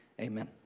Amen